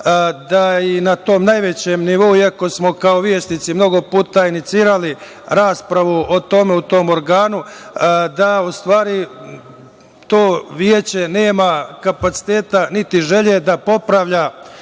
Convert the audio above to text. da i na tom najvećem nivou i ako smo kao većnici mnogo puta inicirali raspravu o tome u tom organu, da u stvari to veće nema kapaciteta, niti želje da popravlja